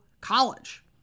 college